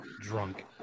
drunk